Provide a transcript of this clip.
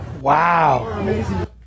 Wow